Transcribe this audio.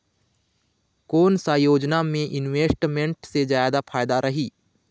कोन सा योजना मे इन्वेस्टमेंट से जादा फायदा रही?